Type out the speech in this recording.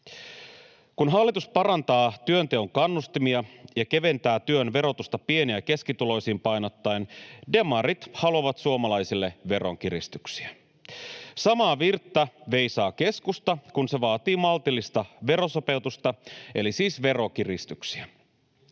Kun hallitus parantaa työnteon kannustimia ja keventää työn verotusta pieni- ja keskituloisiin painottaen, demarit haluavat suomalaisille veronkiristyksiä. Samaa virttä veisaa keskusta, kun se vaatii maltillista verosopeutusta eli siis veronkiristyksiä.